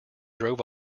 drove